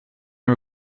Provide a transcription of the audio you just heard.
and